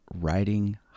writing